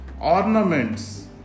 ornaments